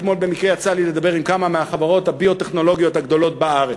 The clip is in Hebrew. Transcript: אתמול במקרה יצא לי לדבר עם כמה מחברות הביו-טכנולוגיה הגדולות בארץ.